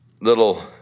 little